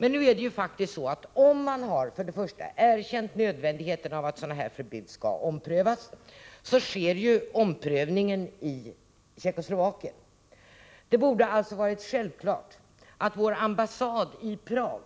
Men nu är det faktiskt så att man har erkänt nödvändigheten av att sådana här förbud omprövas, och denna omprövning sker i Tjeckoslovakien. Det borde alltså ha varit självklart att vår ambassad i Prag